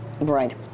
Right